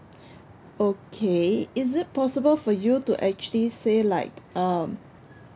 okay is it possible for you to actually say like um